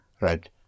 Right